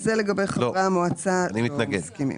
אז זה לגבי חברי המועצה, לא מסכימים.